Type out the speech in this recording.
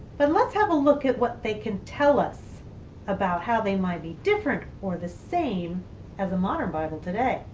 but let's have a look at what they can tell us about how they might be different or the same as a modern bible leaf today.